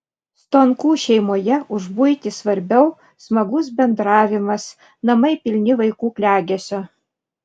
stonkų šeimoje už buitį svarbiau smagus bendravimas namai pilni vaikų klegesio